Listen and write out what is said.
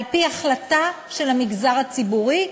על-פי החלטה של המגזר הציבורי,